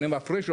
אני מפריש לו,